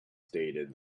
stated